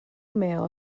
mail